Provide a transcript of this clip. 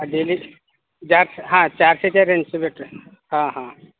daily जास्त हां चारशेच्या रेंजचं भेटेल हां हां